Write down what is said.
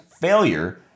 failure